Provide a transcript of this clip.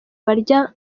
barya